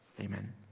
Amen